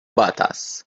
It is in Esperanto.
batas